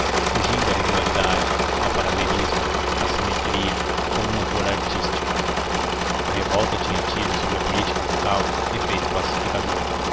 fugindo à regularidade ao paralelismo à simetria com um horror artístico a revolta tinha tido sobre a política local efeito pacificador